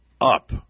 up